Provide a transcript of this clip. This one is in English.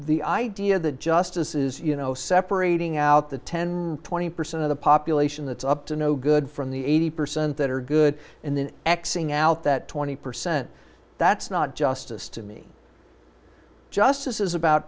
the idea that justice is you know separating out the one thousand and twenty percent of the population that's up to no good from the eighty percent that are good and then axing out that twenty percent that's not justice to me justice is about